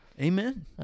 Amen